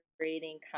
creating